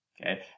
Okay